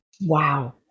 Wow